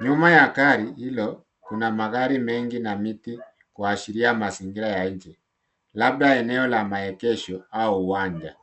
Nyuma ya gari hilo kuna magari mengi na miti kuashiria mazingira ya nje labda eneo la maegesho au uwanja.